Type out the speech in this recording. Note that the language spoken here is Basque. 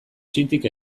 txintik